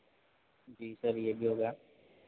जी sir ये भी हो गया